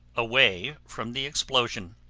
away from the explosion.